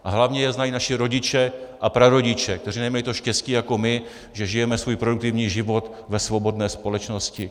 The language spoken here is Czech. A hlavně jej znají naši rodiče a prarodiče, kteří nemají to štěstí jako my, že žijeme svůj produktivní život ve svobodné společnosti.